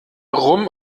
rum